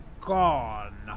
gone